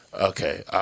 Okay